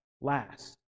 last